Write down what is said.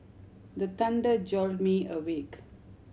the thunder jolt me awake